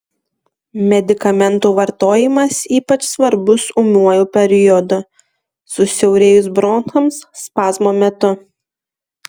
medikamentų vartojimas ypač svarbus ūmiuoju periodu susiaurėjus bronchams spazmo metu